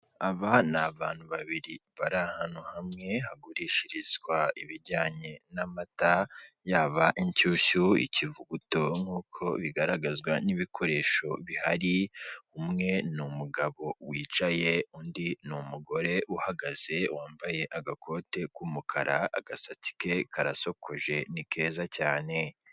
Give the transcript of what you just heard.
Aba ni abantu babiri bari ahantu hamwe hagurishirizwa ibijyanye n'amata, yaba inshyushyu ikivuguto nk'uko bigaragazwa n'ibikoresho bihari, umwe ni umugabo wicaye, undi ni umugore uhagaze wambaye agakoti k'umukara, agasatsi ke karasokoje ni keza cyane.